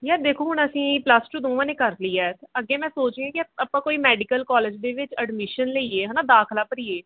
ਯਾਰ ਦੇਖੋ ਹੁਣ ਅਸੀਂ ਪਲੱਸ ਟੂ ਦੋਵਾਂ ਨੇ ਕਰ ਲਈ ਹੈ ਅੱਗੇ ਮੈਂ ਸੋਚ ਰਹੀ ਕਿ ਅਪ ਆਪਾਂ ਕੋਈ ਮੈਡੀਕਲ ਕੌਲਜ ਦੇ ਵਿੱਚ ਅਡਮੀਸ਼ਨ ਲਈਏ ਹੈ ਨਾ ਦਾਖ਼ਲਾ ਭਰੀਏ